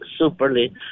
superly